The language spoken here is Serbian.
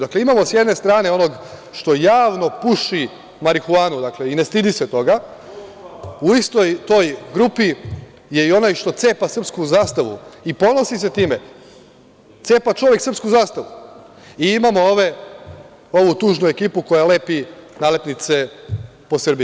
Dakle, imamo sa jedne strane onog što javno puši marihuanu, i ne stidi se toga, u istoj toj grupi je i onaj što cepa srpsku zastavu i ponosi se sa time, cepa čovek srpsku zastavu, i imamo ove, ovu tužnu ekipu koja lepi nalepnice po Srbiji.